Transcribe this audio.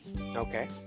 Okay